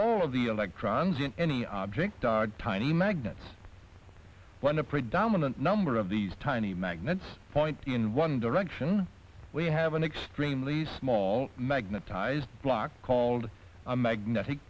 all of the electrons in any object are tiny magnets when the predominant number of these tiny magnets point in one correction we have an extremely small magnetized block called a magnetic